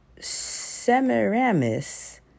Semiramis